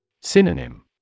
Synonym